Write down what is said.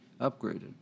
upgraded